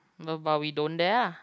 no but we don't dare lah